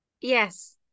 Yes